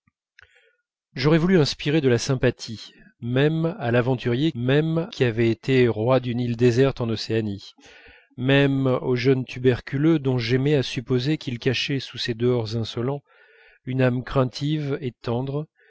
j'aurais voulu inspirer de la sympathie à l'aventurier même qui avait été roi d'une île déserte en océanie même au jeune tuberculeux dont j'aimais à supposer qu'il cachait sous ses dehors insolents une âme craintive et tendre